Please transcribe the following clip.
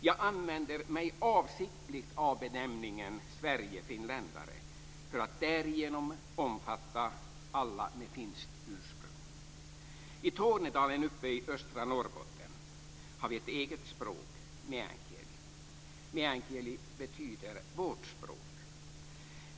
Jag använder mig avsiktligt av benämningen sverigefinländare för att därigenom omfatta alla med finskt ursprung. I Tornedalen i östra Norrbotten har vi ett eget språk, meänkieli. Meänkieli betyder vårt språk.